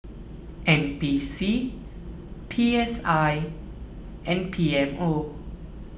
N P C P S I and P M O